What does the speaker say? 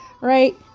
right